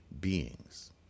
beings